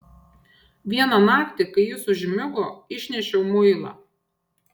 vieną naktį kai jis užmigo išnešiau muilą